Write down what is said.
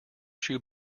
shoe